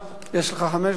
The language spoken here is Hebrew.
יש לך חמש דקות.